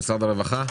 משרד הרווחה,